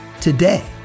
today